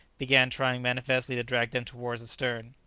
began trying manifestly to drag them towards the stern.